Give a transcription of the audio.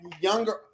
younger